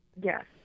Yes